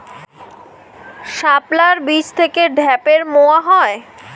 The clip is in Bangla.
শাপলার বীজ থেকে ঢ্যাপের মোয়া হয়?